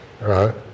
right